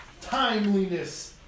timeliness